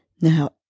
Now